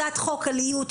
הצעת חוק על איות,